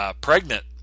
Pregnant